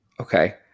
Okay